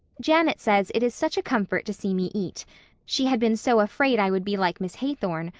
janet says it is such a comfort to see me eat she had been so afraid i would be like miss haythorne,